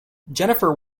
jennifer